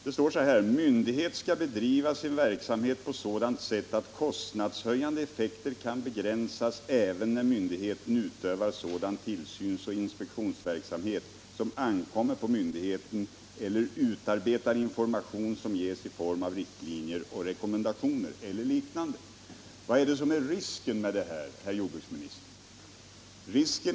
Där står: ”Myndighet skall bedriva sin verksamhet på sådant sätt att kostnadshöjande effekter kan begränsas även när myndigheten utövar sådan tillsynsoch inspektionsverksamhet som ankommer på myndigheten eller utarbetar information som ges i form av riktlinjer och rekommendationer eller liknande.” Vad är det som är risken med det här, herr jordbruksminister?